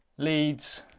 leads